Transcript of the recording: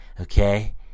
okay